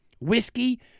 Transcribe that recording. Whiskey